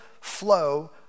flow